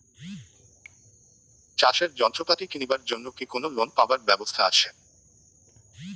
চাষের যন্ত্রপাতি কিনিবার জন্য কি কোনো লোন পাবার ব্যবস্থা আসে?